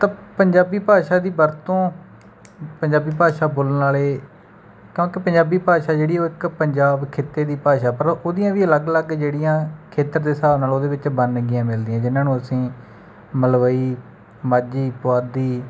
ਤਾਂ ਪੰਜਾਬੀ ਭਾਸ਼ਾ ਦੀ ਵਰਤੋਂ ਪੰਜਾਬੀ ਭਾਸ਼ਾ ਬੋਲਣ ਵਾਲੇ ਕਿਉਂਕਿ ਪੰਜਾਬੀ ਭਾਸ਼ਾ ਜਿਹੜੀ ਹੈ ਉਹ ਇੱਕ ਪੰਜਾਬ ਖਿੱਤੇ ਦੀ ਭਾਸ਼ਾ ਪਰ ਉਹਦੀਆਂ ਵੀ ਅਲੱਗ ਅਲੱਗ ਜਿਹੜੀਆਂ ਖੇਤਰ ਦੇ ਹਿਸਾਬ ਨਾਲ ਉਹਦੇ ਵਿੱਚ ਵੰਨਗੀਆਂ ਮਿਲਦੀਆਂ ਜਿਨ੍ਹਾਂ ਨੂੰ ਅਸੀਂ ਮਲਵਈ ਮਾਝੀ ਪੁਆਧੀ